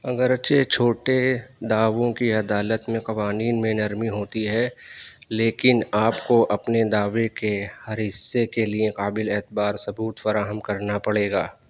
اگرچہ چھوٹے دعووں کی عدالت میں قوانین میں نرمی ہوتی ہے لیکن آپ کو اپنے دعوے کے ہر حصے کے لیے قابل اعتبار ثبوت فراہم کرنا پڑے گا